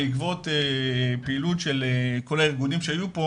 בעקבות פעילות של כל הארגונים שהיו פה